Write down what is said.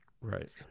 Right